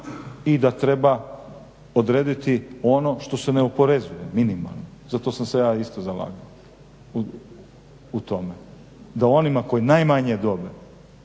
i da treba odrediti ono što se ne oporezuje minimalno, zato sam se ja isto zalagao u tome da onima koji najmanje dobe